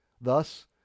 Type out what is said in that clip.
Thus